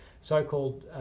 so-called